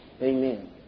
Amen